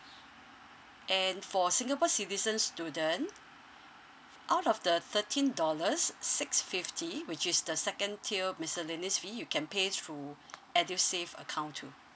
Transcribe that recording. and for singapore citizen student out of the thirteen dollars six fifty which is the second tier miscellaneous fee you can pay through edusave account too